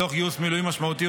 תוך גיוס מילואים משמעותי,